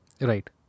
right